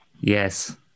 Yes